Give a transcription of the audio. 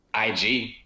IG